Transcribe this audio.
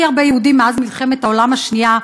הרבה יהודים מאז מלחמת העולם השנייה,